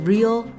Real